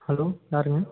hello யாருங்க